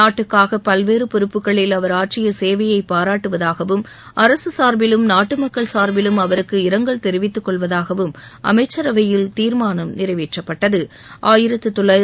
நாட்டுக்காக பல்வேறு பொறுப்புக்களில் அவர் ஆற்றிய சேவையை பாராட்டுவதாகவும் அரசு சார்பிலும் நாட்டு மக்கள் சார்பிலும் அவருக்கு இரங்கல் தெரிவித்துக்கொள்வதாகவும் அமைச்சரவையில் தீர்மானம் நிறைவேற்றப்பட்டது